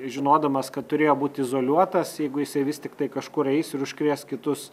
žinodamas kad turėjo būt izoliuotas jeigu jisai vis tiktai kažkur eis ir užkrės kitus